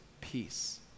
peace